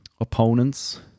opponents